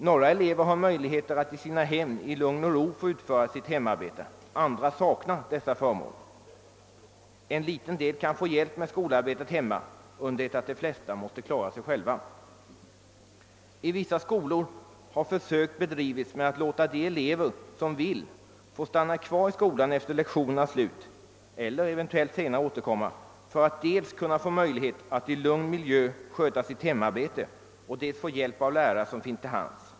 Några elever har möjlighet ait utföra sitt hemarbete i lugn och ro i sina hem, medan andra saknar denna förmån. Ett fåtal kan få hjälp med skolarbetet hemma under det att de flesta måste klara sig själva. I vissa skolor har gjorts försök med att låta de elever som så Öönskar stanna kvar efter lektionernas slut, eller eventuellt senare återkomma, för att dels i lugn miljö få sköta hemarbetet, dels få hjälp av lärare som finns till hands.